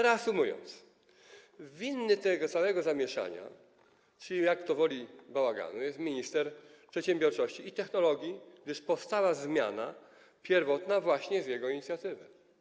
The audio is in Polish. Reasumując, winny tego całego zamieszania czy - jak kto woli - bałaganu jest minister przedsiębiorczości i technologii, gdyż zmiana pierwotna powstała właśnie z jego inicjatywy.